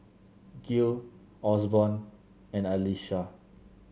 Gil Osborn and Alysha